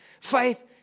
Faith